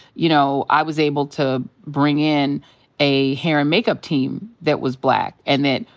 you know, i was able to bring in a hair and makeup team that was black and that,